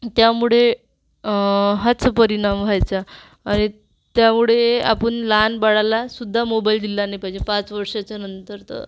त्यामुळे हाच परिणाम व्हायचा आणि त्यामुळे आपण लहान बाळालासुद्धा मोबाइल दिला नाही पाहिजे पाच वर्षाच्या नंतर तर